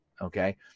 Okay